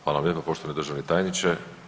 Hvala vam lijepa poštovani državni tajniče.